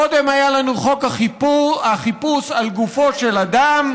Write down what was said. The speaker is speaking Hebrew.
קודם היה לנו חוק החיפוש על גופו של אדם,